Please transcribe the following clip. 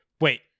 Wait